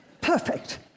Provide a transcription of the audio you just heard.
Perfect